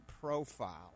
profile